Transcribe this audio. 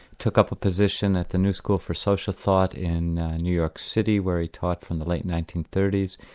took up a position at the new school for social thought in new york city, where he taught from the late nineteen thirty s,